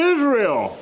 Israel